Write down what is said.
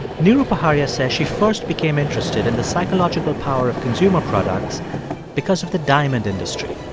neeru paharia says she first became interested in the psychological power of consumer products because of the diamond industry